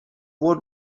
what